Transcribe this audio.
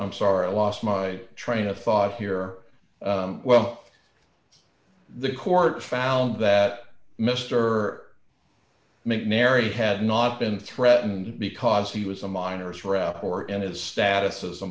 i'm sorry lost my train of thought here well the court found that mister mcnary had not been threatened because he was a minor threat or in his status as a